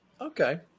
Okay